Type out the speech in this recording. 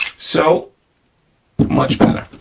so much better,